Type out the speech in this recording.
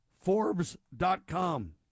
Forbes.com